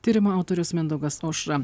tyrimo autorius mindaugas aušra